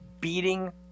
beating